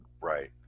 Right